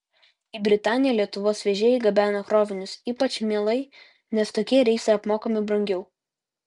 į britaniją lietuvos vežėjai gabena krovinius ypač mielai nes tokie reisai apmokami brangiau